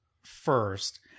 first